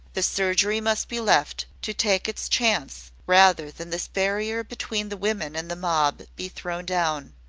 the surgery must be left to take its chance, rather than this barrier between the women and the mob be thrown down.